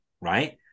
Right